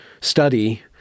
study